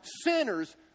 sinners